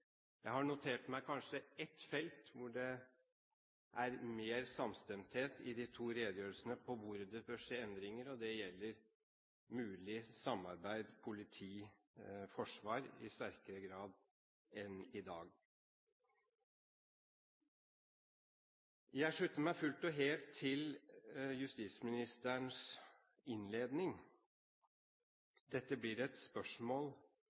Jeg har notert meg kanskje ett felt hvor det er mer samstemthet i de to redegjørelsene om hvor det bør skje endringer, og det gjelder et mulig samarbeid politi–forsvar i sterkere grad enn i dag. Jeg slutter meg fullt og helt til justisministerens innledning. Dette blir et spørsmål